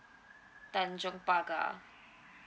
tanjong pagar